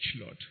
Lord